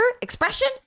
expression